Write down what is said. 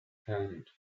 hand